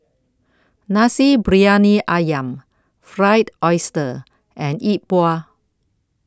Nasi Briyani Ayam Fried Oyster and Yi Bua